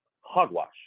hogwash